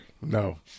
no